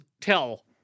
tell